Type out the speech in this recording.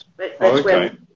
Okay